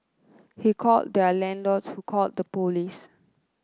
he called their landlord who called the police